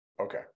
Okay